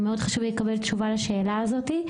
מאד חשוב לקבל תשובה לשאלה הזו.